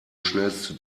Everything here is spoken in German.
schnellste